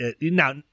now